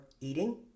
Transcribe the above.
eating